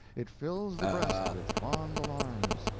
it fills the breast with fond alarms,